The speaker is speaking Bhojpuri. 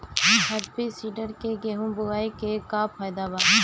हैप्पी सीडर से गेहूं बोआई के का फायदा बा?